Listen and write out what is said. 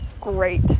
great